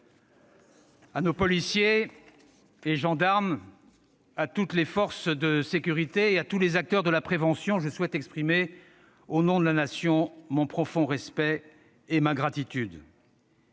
À nos policiers et gendarmes, à toutes les forces de sécurité et à tous les acteurs de la prévention, je souhaite exprimer, au nom de la Nation, mon profond respect et ma gratitude.